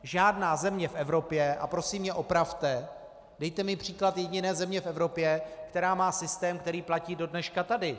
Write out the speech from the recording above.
Žádná země v Evropě, a prosím mě opravte, dejte mi příklad jediné země v Evropě, která má systém, který platí do dneška tady.